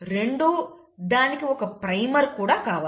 రెండు దానికి ఒక ప్రైమర్ కూడా కావాలి